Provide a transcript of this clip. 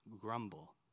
grumble